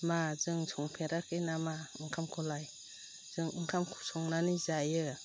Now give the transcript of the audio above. माह जों संफेराखै नामा ओंखामखौलाय जों ओंखामखौ संनानै जायो